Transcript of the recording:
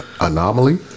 anomaly